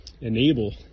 enable